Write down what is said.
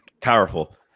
Powerful